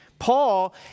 Paul